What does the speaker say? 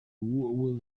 will